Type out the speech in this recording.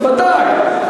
בוודאי.